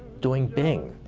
doing bing.